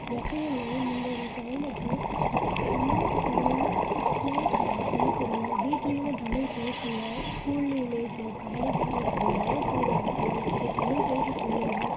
எப்பயுமே நீங்கள் ஒரு கொழந்தைக்கு தமிழ் தமிழையே சொல்லிக்கொடுங்க வீட்லேயுமே தமிழ் பேசுங்க ஸ்கூல்லேயுமே சரி காலேஜுலேயுமே சரி வேலை செய்கிற இடத்துலையுமே சரி தமிழ் பேச சொல்லுங்க